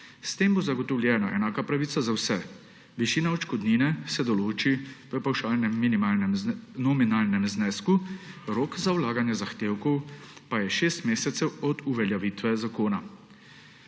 S tem bo zagotovljena enaka pravica za vse. Višina odškodnine se določi v pavšalnem nominalnem znesku, rok za vlaganje zahtevkov pa je 6 mesecev od uveljavitve zakona.